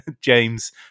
James